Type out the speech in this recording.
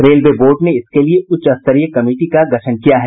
railway board ने इसके लिये उच्च स्तरीय कमिटी का गठन किया है